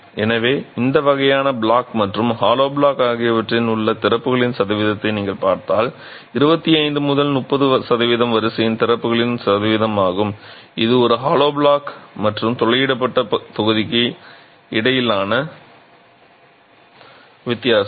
எனவே இந்த வகையான பிளாக் மற்றும் ஹாலோ பிளாக் ஆகியவற்றில் உள்ள திறப்புகளின் சதவீதத்தை நீங்கள் பார்த்தால் 25 முதல் 30 சதவிகிதம் வரிசையின் திறப்புகளின் சதவீதம் இது ஒரு ஹாலோ பிளாக் மற்றும் துளையிடப்பட்ட தொகுதிக்கு இடையிலான வித்தியாசம்